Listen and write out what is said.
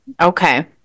Okay